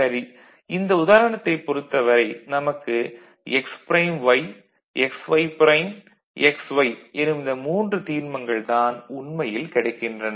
சரி இந்தத் உதாரணத்தைப் பொறுத்தவரை நமக்கு x prime y x y prime x y எனும் இந்த 3 தீர்மங்கள் தான் உண்மையில் கிடைக்கின்றன